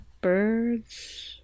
Birds